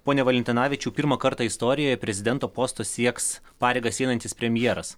pone valentinavičiau pirmą kartą istorijoje prezidento posto sieks pareigas einantis premjeras